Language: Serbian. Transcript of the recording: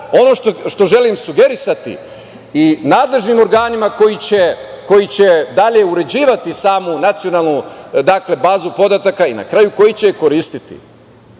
što želim sugerisati i nadležnim organima koji će dalje uređivati samu nacionalnu bazu podataka i na kraju koji će koristiti,